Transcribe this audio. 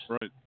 Right